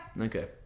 Okay